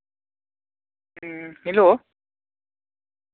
ᱦᱮᱸ ᱦᱮᱞᱳ